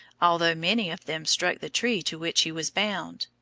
although many of them struck the tree to which he was bound.